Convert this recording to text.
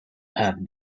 have